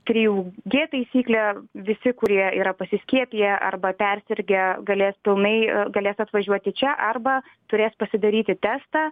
trijų g taisyklė visi kurie yra pasiskiepiję arba persirgę galės pilnai galės atvažiuoti čia arba turės pasidaryti testą